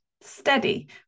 Steady